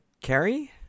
Carrie